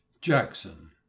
Jackson